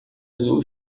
azul